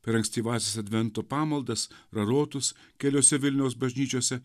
per ankstyvąsias advento pamaldas prarotus keliose vilniaus bažnyčiose